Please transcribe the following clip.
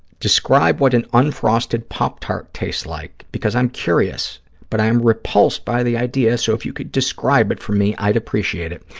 describe what an unfrosted pop tart tastes like, because i'm curious but i am repulsed by the idea, so if you could describe it for me i'd appreciate it.